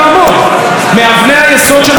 מאבני היסוד של השמאל בישראל,